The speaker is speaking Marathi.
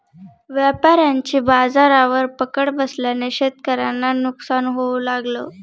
व्यापाऱ्यांची बाजारावर पकड बसल्याने शेतकऱ्यांना नुकसान होऊ लागलं